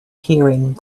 keyring